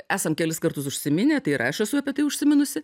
esam kelis kartus užsiminę tai yra aš esu apie tai užsiminusi